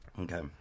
Okay